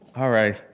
all right.